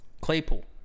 Claypool